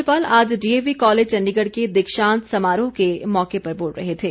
राज्यपाल आज DAV college Chandigarh के दीक्षांत समारोह के मौके पर बोल रहे थे